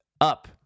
up